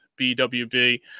BWB